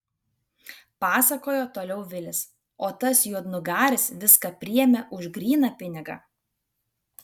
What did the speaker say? pasakojo toliau vilis o tas juodnugaris viską priėmė už gryną pinigą